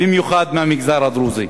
במיוחד מהמגזר הדרוזי,